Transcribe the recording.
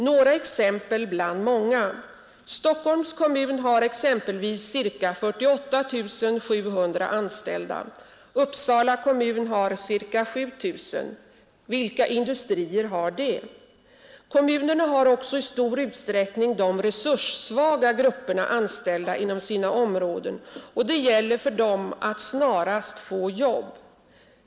Några exempel bland många. Stockholms kommun har ca 48 700 anställda. Uppsala kommun har ca 7000 anställda. Vilka industrier har det? Kommunerna har också i stor utsträckning de resurssvaga grupperna anställda inom sina områden, och det gäller för dessa att snarast få jobb.